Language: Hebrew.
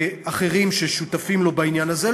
ואחרים ששותפים לו בעניין הזה,